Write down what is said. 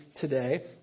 today